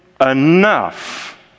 enough